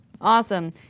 Awesome